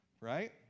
right